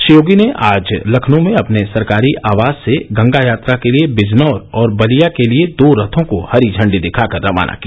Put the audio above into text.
श्री योगी ने आज लखनऊ में अपने सरकारी आवास से गंगा यात्रा के लिए बिजनौर और बलिया के लिये दो रथों को हरी इंडी दिखाकर रवाना किया